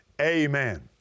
Amen